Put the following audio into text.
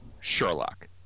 Sherlock